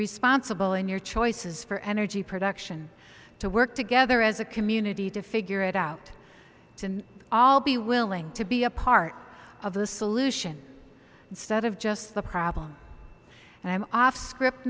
responsible in your choices for energy production to work together as a community to figure it out and all be willing to be a part of the solution instead of just the problem and i'm off script